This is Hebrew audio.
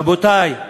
רבותי,